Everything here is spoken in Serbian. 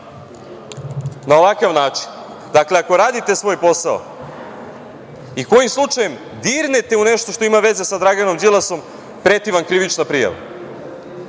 na ovakav način? Dakle, ako radite svoj posao i kojim slučajem dirnete u nešto što ima veze sa Draganom Đilasom preti vam krivična prijava. Ovo